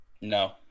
no